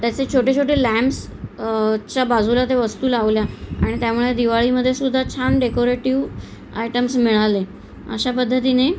त्याचे छोटे छोटे लॅम्स च्या बाजूला त्या वस्तू लावल्या आणि त्यामुळे दिवाळीमध्येसुद्धा छान डेकोरेटिव्ह आयटम्स मिळाले अशा पद्धतीने